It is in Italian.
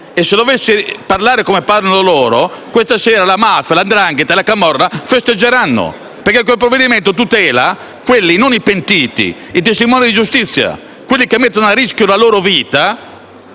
e, se dovessi parlare come parlano loro, questa sera la mafia, la 'ndrangheta e la camorra festeggeranno perché esso non tutela i pentiti, ma i testimoni di giustizia, quelli che mettono a rischio la loro vita